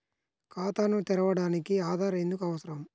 ఖాతాను తెరవడానికి ఆధార్ ఎందుకు అవసరం?